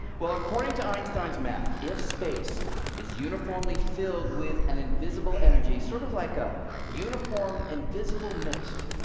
well according to einstein's math, if space is uniformly filled with an invisible energy, sort of like a uniform, invisible mist,